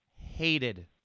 hated